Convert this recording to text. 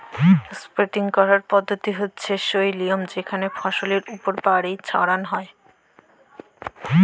sprinkler পদ্ধতি হচ্যে সই লিয়ম যেখানে ফসলের ওপর পানি ছড়ান হয়